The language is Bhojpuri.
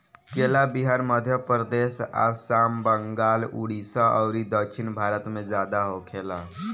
केला बिहार, मध्यप्रदेश, आसाम, बंगाल, उड़ीसा अउरी दक्षिण भारत में ज्यादा होखेला